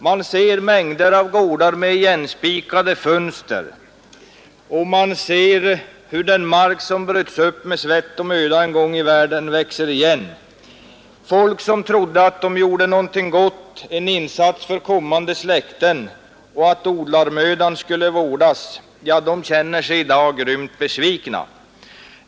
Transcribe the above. Man ser mängder av gårdar med igenspikade fönster, och man ser hur den mark växer igen som en gång i världen bröts upp med svett och möda. Folk som trodde att de gjorde någonting gott, en insats för kommande släkten, och att odlarmödan skulle värderas känner sig i dag grymt besvikna.